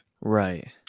Right